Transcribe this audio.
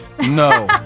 no